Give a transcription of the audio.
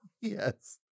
Yes